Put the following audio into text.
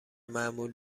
معمول